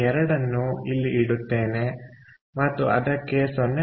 2 ಅನ್ನು ಇಲ್ಲಿ ಇಡುತ್ತೇನೆ ಮತ್ತು ಅದಕ್ಕೆ 0